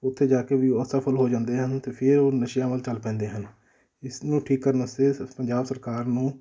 ਉੱਥੇ ਜਾ ਕੇ ਵੀ ਉਹ ਅਸਫਲ ਹੋ ਜਾਂਦੇ ਹਨ ਅਤੇ ਫਿਰ ਉਹ ਨਸ਼ਿਆਂ ਵੱਲ ਚੱਲ ਪੈਂਦੇ ਹਨ ਇਸਨੂੰ ਠੀਕ ਕਰਨ ਵਾਸਤੇ ਪੰਜਾਬ ਸਰਕਾਰ ਨੂੰ